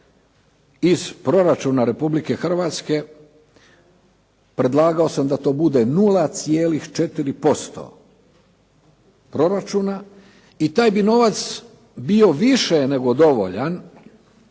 iz proračuna Republike Hrvatske, predlagao sam da to bude 0,4% proračuna i taj bi novac bio više nego dovoljan